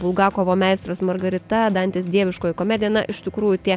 bulgakovo meistras margarita dantės dieviškoji komedija na iš tikrųjų tie